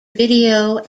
video